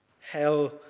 Hell